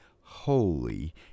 holy